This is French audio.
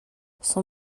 son